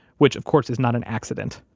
which, of course, is not an accident.